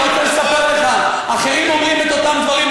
אני רוצה לספר לך: אחרים אומרים את אותם דברים,